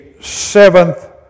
seventh